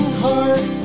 heart